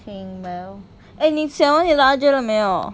thing well eh 你写完你的 R J 了没有